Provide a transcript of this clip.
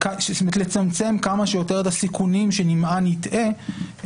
של לצמצם כמה שיותר את הסיכונים שנמען יטעה,